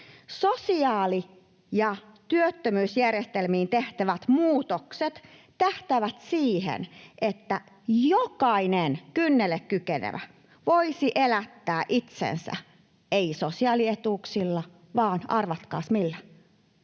Sosiaali- ja työttömyysjärjestelmiin tehtävät muutokset tähtäävät siihen, että jokainen kynnelle kykenevä voisi elättää itsensä ei sosiaalietuuksilla vaan — arvatkaas, millä